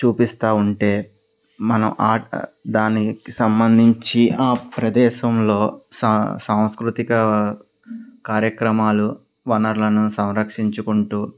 చూపిస్తూ ఉంటే మనం ఆ దానికి సంబంధించి ఆ ప్రదేశంలో సా సాంస్కృతిక కార్యక్రమాలు వనరులను సంరక్షించుకుంటూ